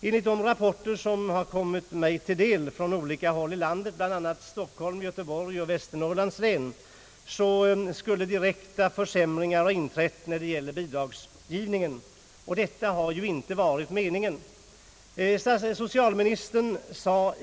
Enligt de rapporter som har kommit mig till del från olika håll av landet — bl.a. från Stockholm, Göteborg och Västernorrlands län — skulle direkta försämringar ha inträtt när det gäller bidragsgivningen. Detta har ju inte varit meningen.